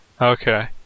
Okay